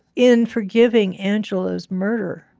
in forgiving angela's murder,